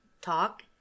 talk